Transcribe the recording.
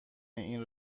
این